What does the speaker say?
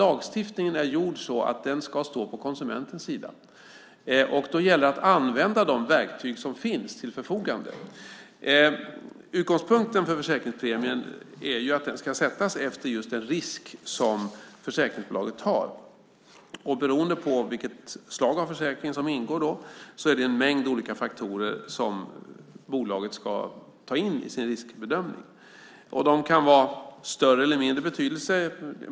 Lagstiftningen är gjord så att den ska stå på konsumentens sida. Då gäller det att använda de verktyg som finns till förfogande. Utgångspunkten för försäkringspremien är att den ska sättas efter just den risk som försäkringsbolaget tar. Beroende på vilket slags försäkring som ingår är det en mängd olika faktorer som bolaget ska ta in i sin riskbedömning. De kan vara av större eller mindre betydelse.